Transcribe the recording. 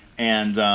and.